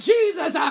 Jesus